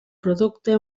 producte